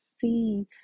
see